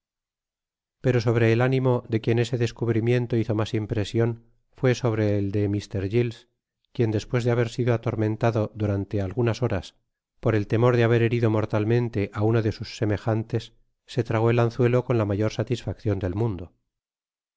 pero sobre el ánimo de quien ese descubrimiento hizo mas impresion fué sobre el de mr giles quien despues de haber sido atormentado durante algunas horas por el temor de haber herido mortalmente á uno de sus semejantes se tragó el anzuelo con la mayor satisfaccion del mundo